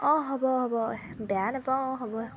অঁ হ'ব হ'ব বেয়া নাপাওঁ অঁ হ'ব